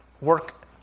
work